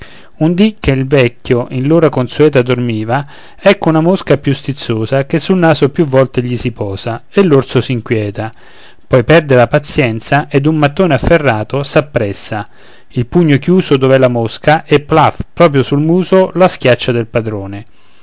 un dì che il vecchio in l'ora consueta dormiva ecco una mosca più stizzosa che sul naso più volte gli si posa e l'orso s'inquïeta poi perde la pazienza ed un mattone afferrato s'appressa il pugno chiuso dov'è la mosca e plaf proprio sul muso la schiaccia del padrone